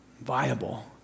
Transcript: Viable